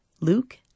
Luke